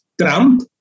Trump